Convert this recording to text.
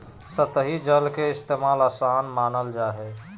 सतही जल के इस्तेमाल, आसान मानल जा हय